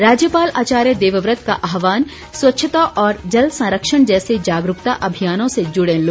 राज्यपाल आचार्य देवव्रत का आह्वान स्वच्छता और जल संरक्षण जैसे जागरूकता अभियानों से जुड़ें लोग